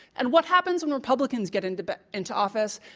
and what happens when republicans get into but into office